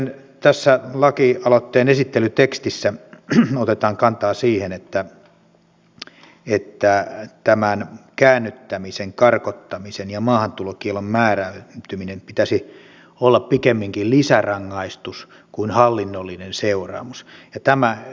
sitten tässä lakialoitteen esittelytekstissä otetaan kantaa siihen että tämän käännyttämisen karkottamisen ja maahantulokiellon määräytymisen pitäisi olla pikemminkin lisärangaistus kuin hallinnollinen seuraamus